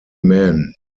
men